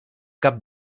cap